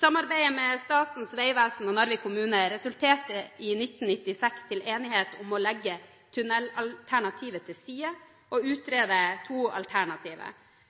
Samarbeidet med Statens vegvesen og Narvik kommune resulterte i 1996 i enighet om å legge tunnelalternativet til side og utrede to alternativer.